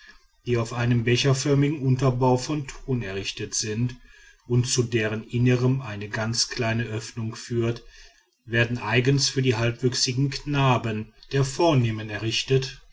die auf einem becherförmigen unterbau von ton errichtet sind und zu deren innerm eine ganz kleine öffnung führt werden eigens für die halbwüchsigen knaben der vornehmen errichtet